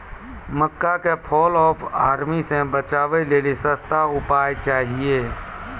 मक्का के fall of army से बचाबै लेली सस्ता उपाय चाहिए?